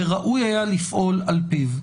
וראוי היה לפעול לפיו.